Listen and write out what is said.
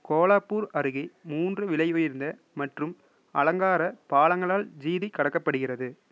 கோலாப்பூர் அருகே மூன்று விலையுயர்ந்த மற்றும் அலங்கார பாலங்களால் ஜிதி கடக்கப்படுகிறது